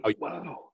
wow